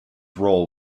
role